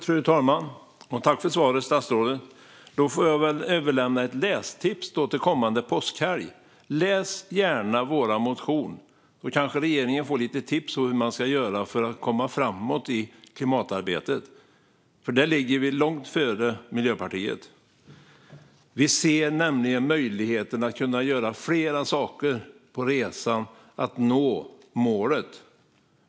Fru talman! Jag tackar statsrådet för svaret. Då får jag väl ge ett lästips inför kommande påskhelg. Läs gärna vår motion! Då kanske regeringen får lite tips om hur man ska göra för att komma framåt i klimatarbetet. Där ligger vi långt före Miljöpartiet. Vi ser nämligen möjligheten att göra flera saker på resan mot målet.